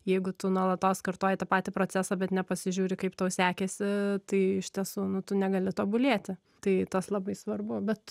jeigu tu nuolatos kartoji tą patį procesą bet nepasižiūri kaip tau sekėsi tai iš tiesų nu tu negali tobulėti tai tas labai svarbu bet